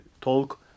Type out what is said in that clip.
talk